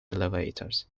elevators